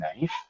knife